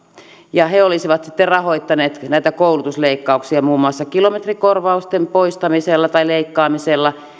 ja he olisivat rahoittaneet näitä koulutusleikkauksia muun muassa kilometrikorvausten poistamisella tai leikkaamisella